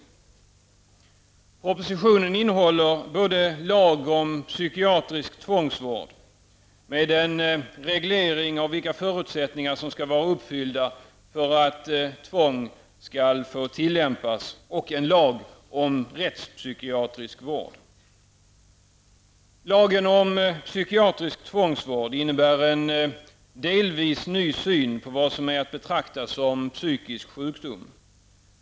Propositionen innehåller både lag om psykiatrisk tvångsvård -- med en reglering av vilka förutsättningar som skall vara uppfyllda för att tvång skall få tillämpas -- och en lag om rättspsykiatrisk vård. Lagen om psykiatrisk tvångsvård innebär en delvis ny syn på vad som är att betrakta som psykisk sjukdom.